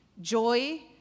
joy